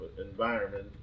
environment